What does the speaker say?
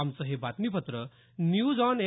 आमचं हे बातमीपत्र न्यूज ऑन ए